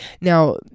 now